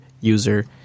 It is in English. user